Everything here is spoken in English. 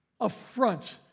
affront